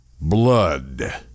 blood